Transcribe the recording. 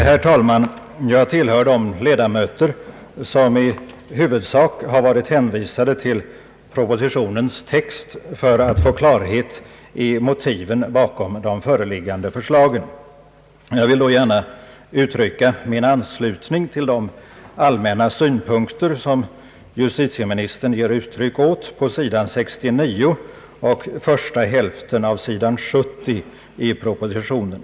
Herr talman! Jag tillhör de ledamöter som i huvudsak har varit hänvisade till propositionens text för att få klarhet i motiven bakom de föreliggande förslagen. Jag vill gärna ansluta mig till de allmänna synpunkter som justitieministern ger uttryck åt på sid. 69 och första hälften av sid. 70 i propositionen.